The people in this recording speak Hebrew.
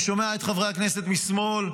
אני שומע את חברי הכנסת משמאל,